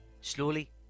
Slowly